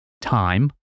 time